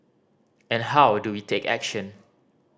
and how do we take action